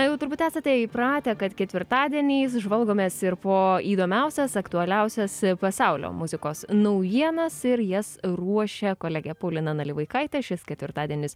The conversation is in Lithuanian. jau turbūt esate įpratę kad ketvirtadieniais žvalgomės ir po įdomiausias aktualiausias pasaulio muzikos naujienas ir jas ruošia kolegė paulina nalivaikaitė šis ketvirtadienis